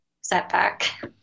setback